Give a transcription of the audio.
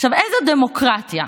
איזו דמוקרטיה?